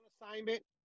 Assignment